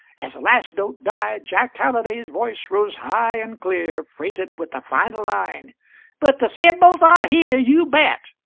as the last note died, jack halliday's voice rose high and clear, freighted with a final line but the symbols are here, you bet!